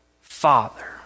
Father